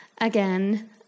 again